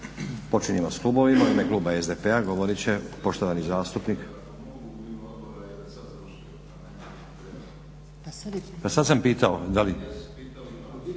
Počinjemo s klubovima. U ime kluba SDP-a govorit će poštovani zastupnik…